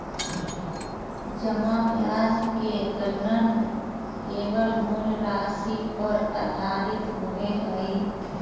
जमा ब्याज के गणना केवल मूल राशि पर आधारित होबो हइ